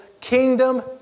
kingdom